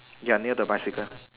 you're near the bicycle